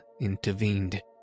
intervened